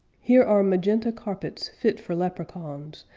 here are magenta carpets fit for leprechauns,